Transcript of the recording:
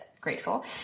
grateful